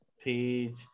page